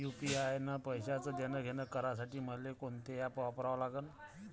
UPI न पैशाचं देणंघेणं करासाठी मले कोनते ॲप वापरा लागन?